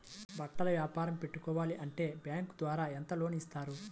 బట్టలు వ్యాపారం పెట్టుకోవాలి అంటే బ్యాంకు ద్వారా ఎంత లోన్ ఇస్తారు?